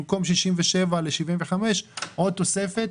במקום 67 ל-75, עוד תוספת.